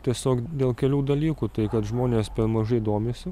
tiesiog dėl kelių dalykų tai kad žmonės per mažai domisi